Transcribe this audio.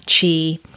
chi